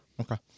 Okay